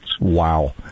Wow